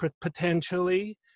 potentially